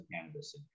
cannabis